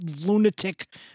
lunatic